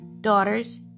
Daughters